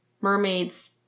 mermaid's